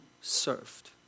served